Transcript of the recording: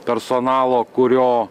personalo kurio